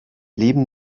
leben